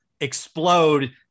explode